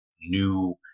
new